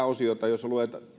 osiosta jossa